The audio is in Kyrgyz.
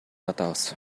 жатабыз